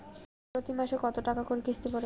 প্রতি মাসে কতো টাকা করি কিস্তি পরে?